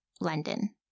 London